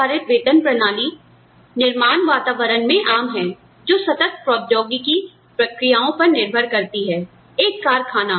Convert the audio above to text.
व्यक्ति आधारित वेतन प्रणाली निर्माण वातावरण में आम हैं जो सतत प्रौद्योगिकी प्रक्रियायों पर निर्भर करती हैं एक कारखाना